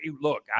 Look